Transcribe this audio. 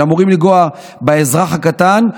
שאמורים לנגוע באזרח הקטן,